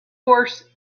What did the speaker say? course